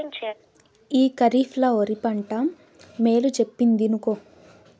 ఈ కరీఫ్ ల ఒరి పంట మేలు చెప్పిందినుకో